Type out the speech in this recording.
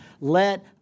let